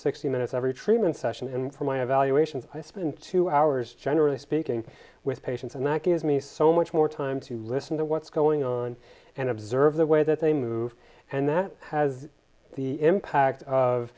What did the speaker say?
sixty minutes every treatment session and for my evaluation i spend two hours generally speaking with patients and that gives me so much more time to listen to what's going on and observe the way that they move and that has the impact of